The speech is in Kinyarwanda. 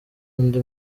undi